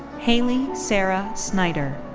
hayley sarah snyder.